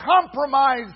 compromise